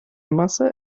masse